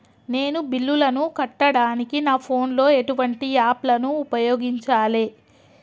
నేను బిల్లులను కట్టడానికి నా ఫోన్ లో ఎటువంటి యాప్ లను ఉపయోగించాలే?